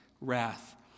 wrath